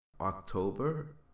October